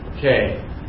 Okay